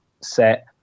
set